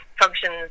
functions